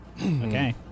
Okay